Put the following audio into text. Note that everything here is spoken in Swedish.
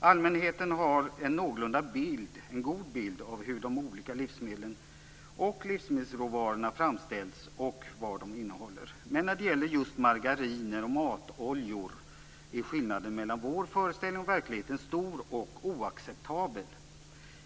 Allmänheten har en någorlunda god bild av hur de olika livsmedlen och livsmedelsråvarorna framställts och vad de innehåller. Men när det gäller just margariner och matoljor är skillnaden mellan vår föreställning och verkligheten stor och oacceptabel.